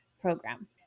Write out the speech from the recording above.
program